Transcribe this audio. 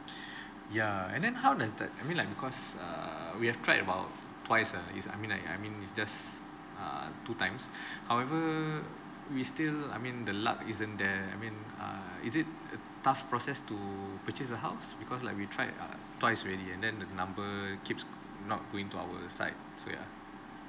ya and then how does that I mean like because err we have tried about twice ah it's I mean like I mean it's just err two times however we still I mean the luck isn't then I mean err is it tough process to purchase a house because like we tried uh twice ready and then the number keeps not going to our side so yeah